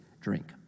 drink